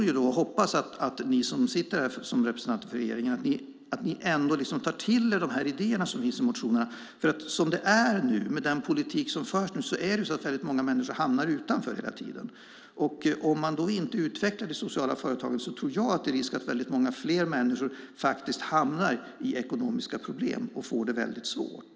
Jag hoppas att ni som representerar regeringen ändå tar till er de idéer som finns i dessa motioner. Med den politik som nu förs hamnar fler och fler människor utanför hela tiden. Om man inte utvecklar de sociala företagen tror jag att det är risk för att många fler hamnar i ekonomiska problem och får det svårt.